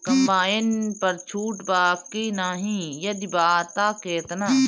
Combine पर छूट बा की नाहीं यदि बा त केतना?